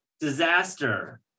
disaster